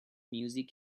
music